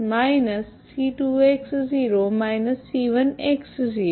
तो अब आप 2 से भाग दे दीजिए